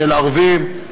של ערבים,